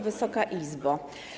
Wysoka Izbo!